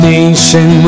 nation